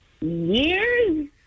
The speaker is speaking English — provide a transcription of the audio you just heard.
years